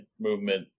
movement